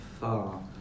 far